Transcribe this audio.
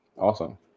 awesome